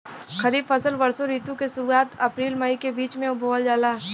खरीफ फसल वषोॅ ऋतु के शुरुआत, अपृल मई के बीच में बोवल जाला